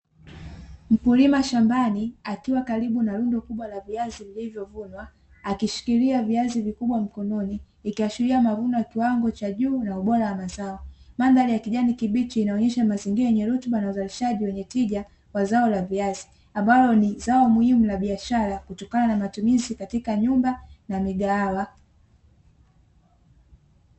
Mkulima shambani akiwa karibu na rundo kubwa la viazi vilivyovunwa, akishikilia viazi vikubwa mkononi, ikiashiria mavuno ya kiwango cha juu na ubora wa mazao. mandhari ya kijani kibichi inaonesha mazingira yenye rutuba na uzalishaji wenye tija wa zao la viazi ambalo ni zao muhimu la biashara kutokana na matumizi katika nyumba na migahawa.